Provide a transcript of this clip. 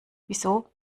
wieso